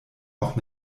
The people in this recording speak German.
auch